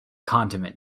condiment